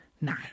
No